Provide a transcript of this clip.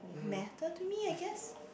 matter to me I guess